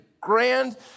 grand